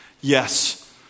yes